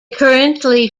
currently